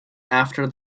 after